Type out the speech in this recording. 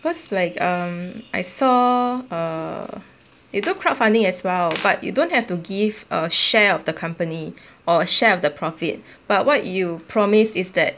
because like um I saw err they do crowdfunding as well but you don't have to give a share of the company or a share of the profit but what you promise is that